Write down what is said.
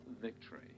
victory